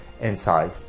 inside